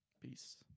peace